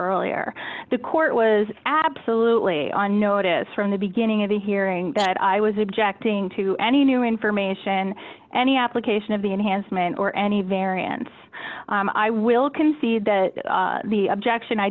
earlier the court was absolutely on notice from the beginning of the hearing that i was objecting to any new information any application of the enhancement or any variance i will concede that the objection i